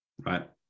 right